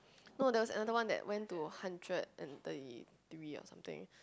no there was another one they went to hundred and thirty degrees or something